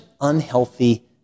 unhealthy